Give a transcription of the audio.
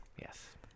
Yes